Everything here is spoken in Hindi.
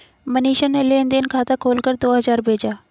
मनीषा ने लेन देन खाता खोलकर दो हजार भेजा